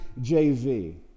JV